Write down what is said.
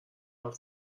حرف